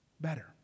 better